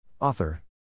Author